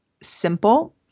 simple